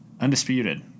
undisputed